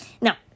Now